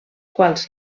quals